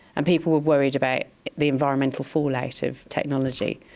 and people were worried about the environmental fallout of technology,